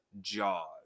Jaws